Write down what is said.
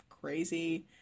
crazy